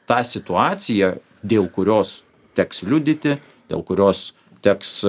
tą situaciją dėl kurios teks liudyti dėl kurios teks